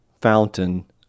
fountain